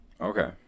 Okay